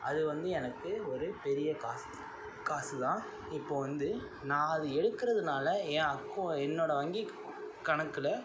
அது வந்து எனக்கு ஒரு பெரிய காசு காசு தான் இப்போ வந்து நான் அது எடுக்கிறதுனால என் அக்கோ என்னோடய வங்கி கணக்கில்